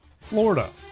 Florida